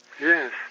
Yes